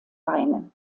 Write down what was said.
beine